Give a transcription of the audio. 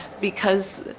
because